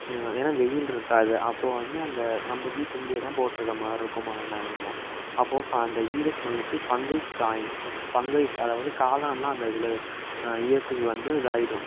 ஏன்னால் வெயில் இருக்காது அப்போது வந்து அந்த நம்ம வீட்டுக்குள்ளேயே தான் போட்டிருக்க மாதிரி இருக்கும் மழை நாளெலலாம் அப்போது ஃப அந்த ஈர ஸ்மெல்லுக்கு ஃபங்கைஸ் ஜாயின் ஃபங்கைஸ் அதாவது காளானெலாம் அந்த இதில் ஈரத்துக்கு வந்து இதாகிடும்